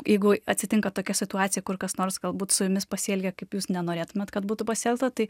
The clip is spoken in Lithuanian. jeigu atsitinka tokia situacija kur kas nors galbūt su jumis pasielgė kaip jūs nenorėtumėt kad būtų pasielgta tai